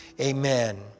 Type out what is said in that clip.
amen